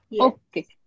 Okay